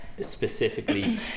specifically